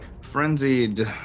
frenzied